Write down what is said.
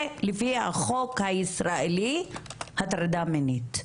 זה לפי החוק הישראלי הטרדה מינית.